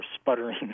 sputtering